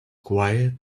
quiet